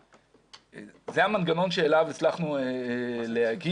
זה המנגנון אליו הצלחנו להגיע.